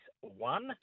one